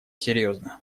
серьезно